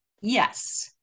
Yes